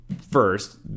first